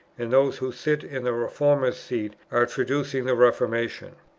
and those who sit in the reformers' seat are traducing the reformation.